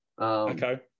okay